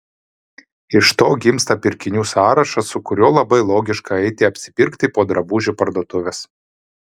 iš to gimsta pirkinių sąrašas su kuriuo labai logiška eiti apsipirkti po drabužių parduotuves